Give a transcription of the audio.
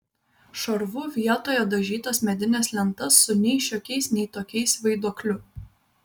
šarvu vietoje dažytas medines lentas su nei šiokiais nei tokiais vaiduokliu